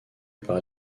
par